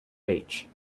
beach